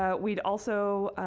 ah we would also